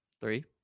Three